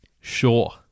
Sure